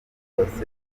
telefone